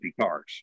cars